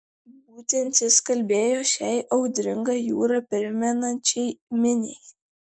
būtent jis kalbėjo šiai audringą jūrą primenančiai miniai